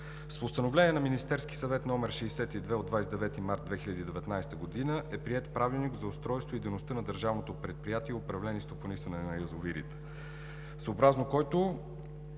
С Постановление на Министерския съвет № 62 от 29 март 2019 г. е приет Правилник за устройството и дейността на Държавно предприятие „Управление и стопанисване на язовирите“,